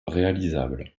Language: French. réalisable